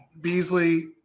Beasley